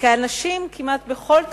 כאנשים, כמעט בכל תחום,